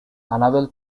unable